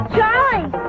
Charlie